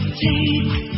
take